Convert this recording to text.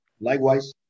Likewise